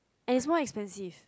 is more expensive